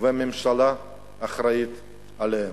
והממשלה אחראית להן.